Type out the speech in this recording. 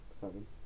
Seven